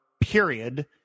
period